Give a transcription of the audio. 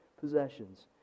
possessions